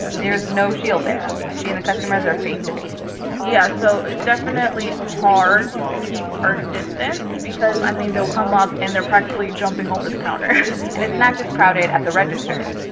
there's no shield there. she and the customers are face-to-face yeah, so it's definitely hard to keep our distance because, i mean, they'll come up, and they're practically jumping over the counter and it's not just crowded at the register.